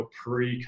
pre